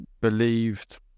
believed